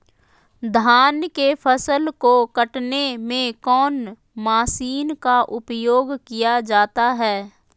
धान के फसल को कटने में कौन माशिन का उपयोग किया जाता है?